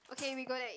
okay we go there eat